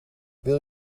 wil